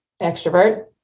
Extrovert